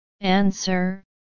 Answer